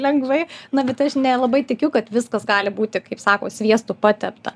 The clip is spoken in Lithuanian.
lengvai na bet aš nelabai tikiu kad viskas gali būti kaip sako sviestu patepta